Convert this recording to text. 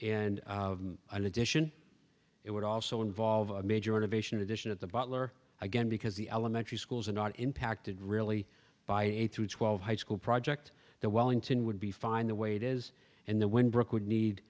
and an addition it would also involve a major renovation addition of the butler again because the elementary schools are not impacted really by eight through twelve high school project the wellington would be fine the way it is and the windbreak would need